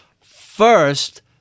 First